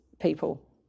people